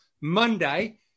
Monday